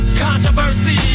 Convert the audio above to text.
controversy